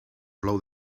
plou